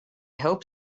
hope